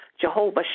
Jehovah